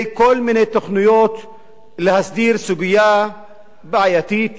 כל מיני תוכניות להסדיר סוגיה בעייתית